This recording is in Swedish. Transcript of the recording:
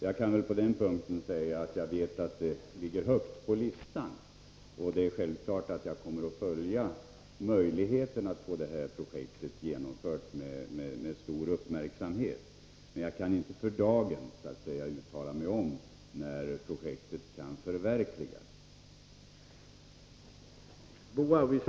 Jag kan på den punkten säga att jag vet att det placerats högt på listan. Det är självklart att jag med stor uppmärksamhet kommer att följa möjligheten att få projektet genomfört. Men jag kan inte för dagen uttala mig om när projektet kan förverkligas.